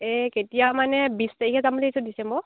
এই কেতিয়া মানে বিছ তাৰিখে যাম বুলি ভাবিছোঁ ডিচেম্বৰৰ